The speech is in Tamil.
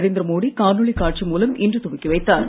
நரேந்திர மோடி காணொலி காட்சி மூலம் இன்று துவக்கி வைத்தார்